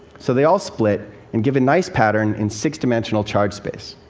so they all split and give a nice pattern in six-dimensional charge space.